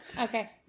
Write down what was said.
Okay